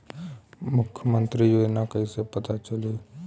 मुख्यमंत्री योजना कइसे पता चली?